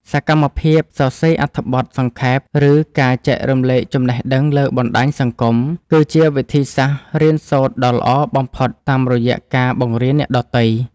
សកម្មភាពសរសេរអត្ថបទសង្ខេប ឬការចែករំលែកចំណេះដឹងលើបណ្ដាញសង្គម គឺជាវិធីសាស្ត្ររៀនសូត្រដ៏ល្អបំផុតតាមរយៈការបង្រៀនអ្នកដទៃ។